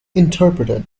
interpreted